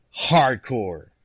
hardcore